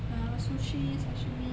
uh sushi sashimi